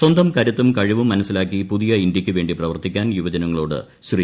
സ്വന്തം കരുത്തും കഴിവും മനസ്സിലാക്കി പുതിയ ഇന്ത്യയ്ക്കുവേണ്ടി പ്രവർത്തിക്കാൻ യുവജനങ്ങളോട് ശ്രീ